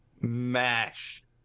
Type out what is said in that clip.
mash